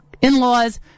in-laws